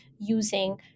using